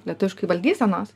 lietuviškai valdysenos